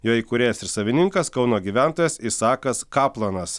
jo įkūrėjas ir savininkas kauno gyventojas isakas kaplanas